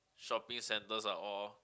shopping centers are all